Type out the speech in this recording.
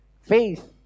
Faith